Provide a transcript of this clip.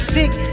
Stick